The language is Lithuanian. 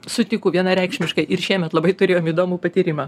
sutinku vienareikšmiškai ir šiemet labai turėjom įdomų patyrimą